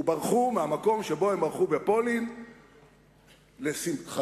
וברחו מהמקום בפולין שממנו הם ברחו,